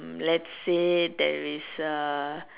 let's say there is a